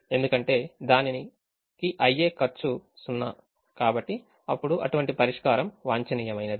ఎందుకంటే దానికి అయ్యే ఖర్చు సున్నా కాబట్టి అప్పుడు అటువంటి పరిష్కారం వాంఛనీయమైనది